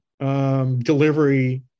delivery